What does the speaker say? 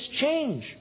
change